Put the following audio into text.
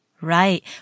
Right